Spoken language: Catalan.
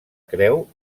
creu